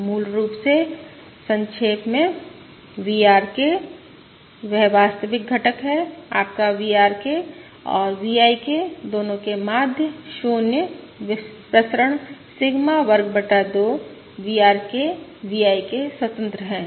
जो मूल रूप से संक्षेप में VRK वह वास्तविक घटक है आपका VRK और V I K दोनों के माध्य 0 प्रसरण सिग्मा वर्ग बटा 2 VRK VIK स्वतंत्र हैं